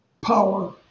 power